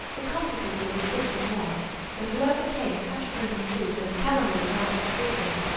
a consequence of the system was that whoever came had to bring his food and culinary outfit with him,